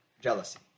jealousy